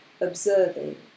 observing